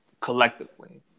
collectively